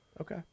Okay